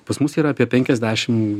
pas mus yra apie penkiasdešim